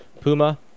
Puma